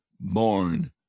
born